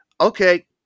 Okay